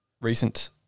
recent